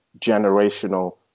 generational